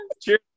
cheers